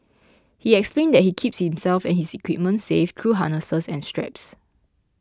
he explains that he keeps himself and his equipment safe through harnesses and straps